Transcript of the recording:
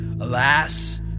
Alas